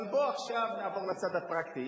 אבל בוא עכשיו נעבור לצד הפרקטי,